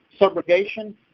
subrogation